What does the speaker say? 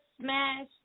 smash